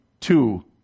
two